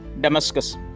Damascus